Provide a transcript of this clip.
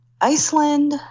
Iceland